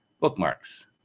Bookmarks